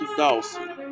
Dawson